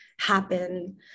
happen